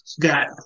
got